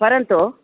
परन्तु